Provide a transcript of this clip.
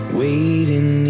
waiting